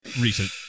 recent